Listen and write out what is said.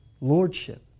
lordship